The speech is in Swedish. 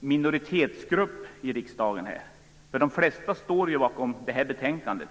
minoritet i riksdagen, eftersom de flesta partierna står bakom det här betänkandet.